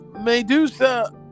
Medusa